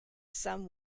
some